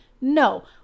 No